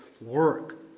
work